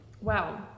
Wow